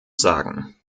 sagen